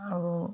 আৰু